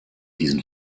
diesen